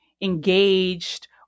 engaged